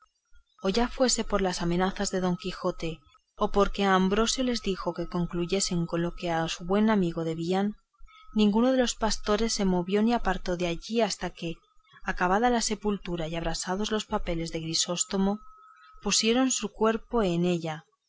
o ya que fuese por las amenazas de don quijote o porque ambrosio les dijo que concluyesen con lo que a su buen amigo debían ninguno de los pastores se movió ni apartó de allí hasta que acabada la sepultura y abrasados los papeles de grisóstomo pusieron su cuerpo en ella